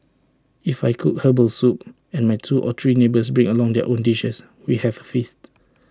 if I cook Herbal Soup and my two or three neighbours bring along their own dishes we have A feast